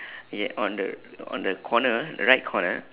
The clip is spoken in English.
ya on the on the corner right corner